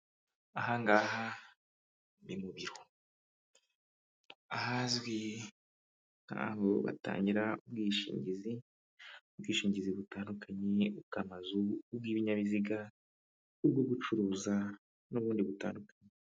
Ahangaha ni mu biro ahazwi nk'aho batangira ubwishingizi, ubwishingizi butandukanye ubw'amazu, ubw'ibinyabiziga, ubwo gucuruza n'ubundi butandukanye.